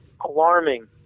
alarming